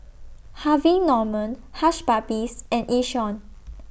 Harvey Norman Hush Puppies and Yishion